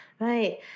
Right